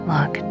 Look